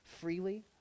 freely